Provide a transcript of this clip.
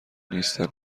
نیستن